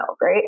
Right